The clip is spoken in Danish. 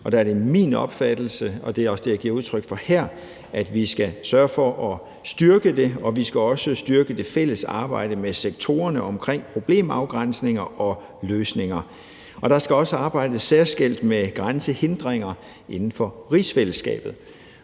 er det min opfattelse, og det er også det, jeg giver udtryk for her, at vi skal sørge for at styrke det, og vi skal også styrke det fælles arbejde med sektorerne omkring problemafgrænsninger og løsninger, og der skal også arbejdes særskilt med grænsehindringer inden for rigsfællesskabet.